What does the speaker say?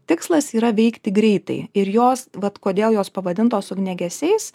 tikslas yra veikti greitai ir jos vat kodėl jos pavadintos ugniagesiais